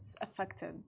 affected